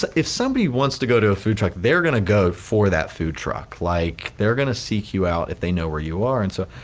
if somebody wants to go to a food truck they are gonna go for the food truck like, they are gonna seek you out if they know where you are and so,